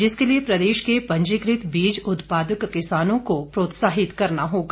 जिसके लिए प्रदेश के पंजीकृत बीज उत्पादक किसानों को प्रोत्साहित करना होगा